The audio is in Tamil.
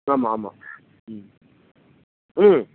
ஆமாம் ஆமாம் ம் ம்